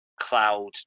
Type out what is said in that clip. cloud